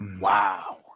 Wow